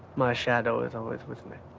my shadow is always with me.